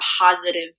positive